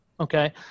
Okay